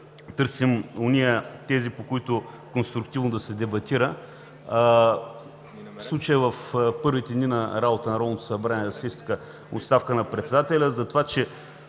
търсим ония тези, по които конструктивно да се дебатира. В случая, в първите дни на работата на Народното събрание да се иска оставката на Председателя